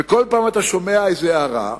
וכל פעם אתה שומע איזו הערה,